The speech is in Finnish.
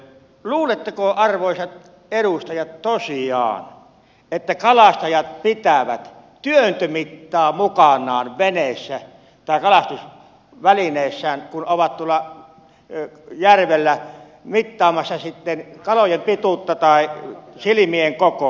luuletteko arvoisat edustajat tosiaan että kalastajat pitävät työntömittaa mukanaan veneessä tai kalastusvälineessään kun ovat tuolla järvellä mittaamassa kalojen pituutta tai silmien kokoja